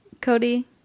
Cody